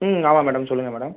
ம் ஆமாம் மேடம் சொல்லுங்கள் மேடம்